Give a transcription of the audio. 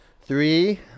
three